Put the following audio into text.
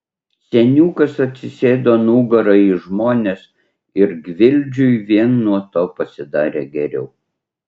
seniukas atsisėdo nugara į žmones ir gvildžiui vien nuo to pasidarė geriau